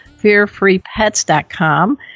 FearFreePets.com